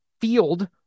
field